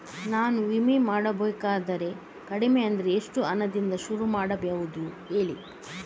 ನಮಗೆ ವಿಮೆ ಮಾಡೋದಾದ್ರೆ ಕಡಿಮೆ ಅಂದ್ರೆ ಎಷ್ಟು ಹಣದಿಂದ ಶುರು ಮಾಡಬಹುದು ಹೇಳಿ